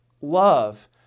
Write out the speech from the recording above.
love